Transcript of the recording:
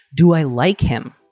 do i like him?